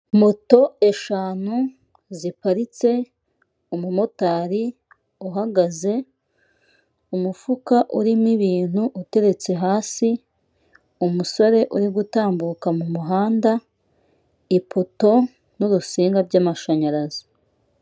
Moto eshanu ziparitse umumotari uhagaze umufuka urimo ibintu uteretse hasi, umusore uri gutambuka mu muhanda, ipoto n'urutsinga by'amashanyarazi.